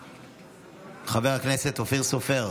חבר הכנסת אופיר סופר.